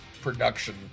production